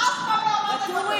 אף פעם לא אמרת,